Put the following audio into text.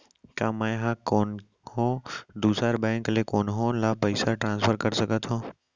का मै हा कोनहो दुसर बैंक ले कोनहो ला पईसा ट्रांसफर कर सकत हव?